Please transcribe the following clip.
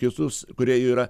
kitus kurie yra